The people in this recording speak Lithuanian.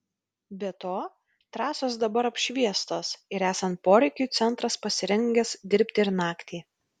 be to trasos dabar apšviestos ir esant poreikiui centras pasirengęs dirbti ir naktį